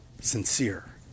sincere